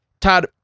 todd